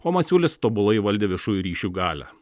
o masiulis tobulai valdė viešųjų ryšių galią